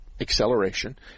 acceleration